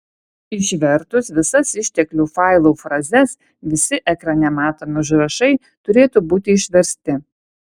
išvertus visas išteklių failų frazes visi ekrane matomi užrašai turėtų būti išversti